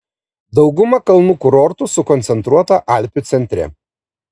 dauguma kalnų kurortų sukoncentruota alpių centre